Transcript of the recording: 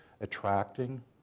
Attracting